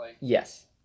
Yes